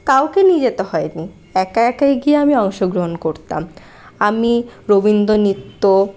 কাউকে নিয়ে যেতে হয়নি একা একাই গিয়ে আমি অংশগ্রহণ করতাম আমি রবীন্দ্রনৃত্য